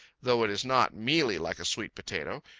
though it is not mealy like a sweet potato,